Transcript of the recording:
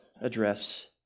address